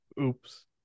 Oops